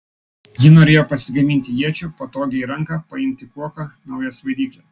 ji norėjo pasigaminti iečių patogią į ranką paimti kuoką naują svaidyklę